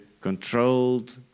controlled